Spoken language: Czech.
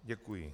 Děkuji.